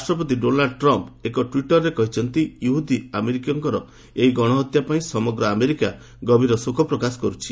ରାଷ୍ଟ୍ରପତି Donald Trump ଏକ ଟ୍ୱିଟ୍ରେ କହିଛନ୍ତି ଇହୁଦୀ ଆମେରିକୀୟଙ୍କର ଏହି ଗଣହତ୍ୟା ପାଇଁ ସମଗ୍ର ଆମେରିକା ଗଭୀର ଶୋକ ପ୍ରକାଶ କରୁଛି